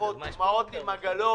מחכות אימהות עם עגלות,